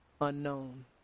unknown